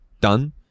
done